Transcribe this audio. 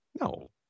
no